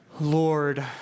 Lord